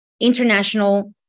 international